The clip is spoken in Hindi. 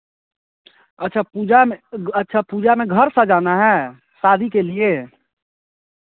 अच्छा पूजा में ग अच्छा पूजा में घर सजाना है शादी के लिए